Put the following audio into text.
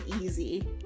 easy